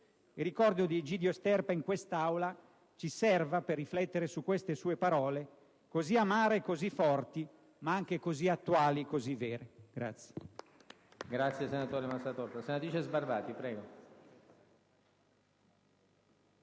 Il ricordo di Egidio Sterpa in quest'Aula ci serva per riflettere su queste sue parole così amare e così forti, ma anche così attuali e così vere.